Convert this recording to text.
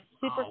super